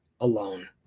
alone